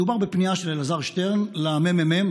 מדובר בפנייה של אלעזר שטרן למרכז המחקר והמידע,